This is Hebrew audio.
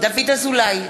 דוד אזולאי,